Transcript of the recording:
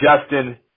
Justin